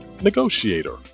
Negotiator